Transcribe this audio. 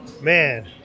Man